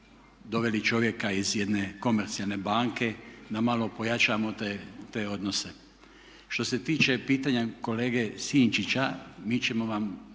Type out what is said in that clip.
doveli čovjeka iz jedne komercijalne banke da malo pojačamo te odnose. Što se tiče pitanja kolege Sinčića, mi ćemo vam